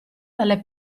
dalle